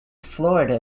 florida